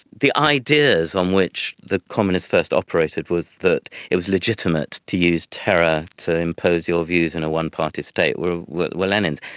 the ideas on which the communists first operated was that it was legitimate to use terror to impose your views in a one-party state were were lenin's.